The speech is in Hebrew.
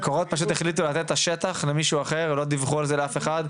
מקורות פשוט החליטו לתת את השטח למישהו אחר ולא דיווחו על זה לאף אחד?